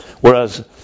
Whereas